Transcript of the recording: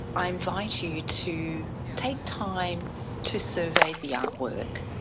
i invite you to take time to survey the artwork.